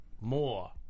more